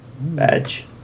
Badge